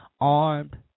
armed